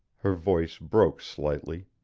her voice broke slightly.